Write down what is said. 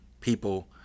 People